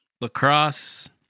Lacrosse